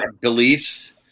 beliefs